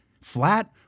Flat